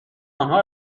آنها